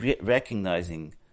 recognizing